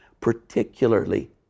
particularly